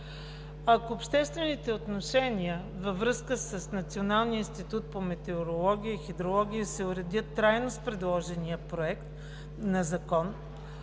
Ако обществените отношения във връзка с Националния институт по метеорология и хидрология се уредят трайно с предложения Проект на закон,